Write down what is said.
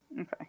Okay